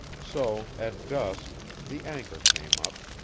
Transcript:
so at dusk, the anchor came up,